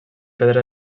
pedra